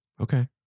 Okay